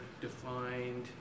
defined